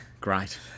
Great